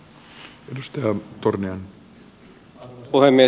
arvoisa puhemies